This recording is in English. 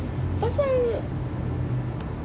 pasal